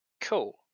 Cool